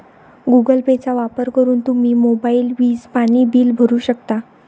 Google पेचा वापर करून तुम्ही मोबाईल, वीज, पाणी बिल भरू शकता